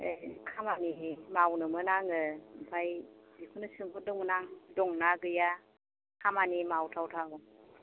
ए खामानि मावनोमोन आं ओमफ्राय बेखौनो सोंहरदोंमोन आं दंना गैया खामानि मावथावथाव